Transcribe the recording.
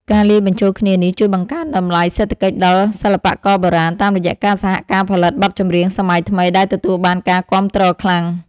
ការលាយបញ្ចូលគ្នានេះជួយបង្កើនតម្លៃសេដ្ឋកិច្ចដល់សិល្បករបុរាណ តាមរយៈការសហការផលិតបទចម្រៀងសម័យថ្មីដែលទទួលបានការគាំទ្រខ្លាំង។